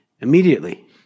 immediately